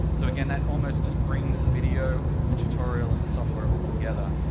so again that almost just brings the video, the tutorial and the software all together,